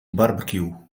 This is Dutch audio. barbecue